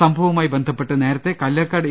സംഭവവുമായി ബന്ധപ്പെ ട്ട് നേരെത്തെ കല്ലേക്കാട് എ